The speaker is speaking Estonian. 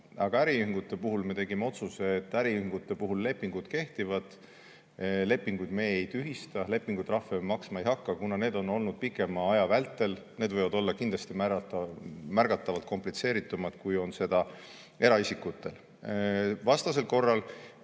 Aga äriühingute puhul me tegime otsuse, et nende puhul lepingud kehtivad. Lepinguid me ei tühista ja lepingutrahve me maksma ei hakka, kuna need on olnud [kehtivad] pikema aja vältel ja need võivad olla märgatavalt komplitseeritumad, kui on eraisikutel. Vastasel korral,